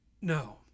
No